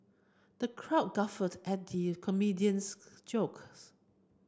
the crowd guffawed at the comedian's jokes